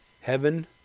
heaven